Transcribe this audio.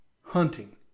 hunting